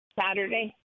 Saturday